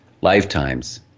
lifetimes